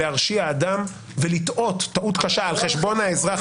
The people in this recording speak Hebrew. להרשיע אדם ולטעות טעות קשה על חשבון האזרח.